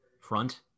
front